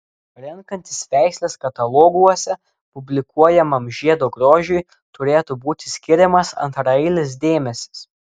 renkantis veisles kataloguose publikuojamam žiedo grožiui turėtų būti skiriamas antraeilis dėmesys